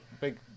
big